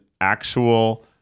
actual